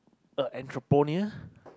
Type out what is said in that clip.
a entrepreneur